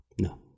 no